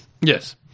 Yes